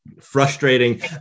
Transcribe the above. frustrating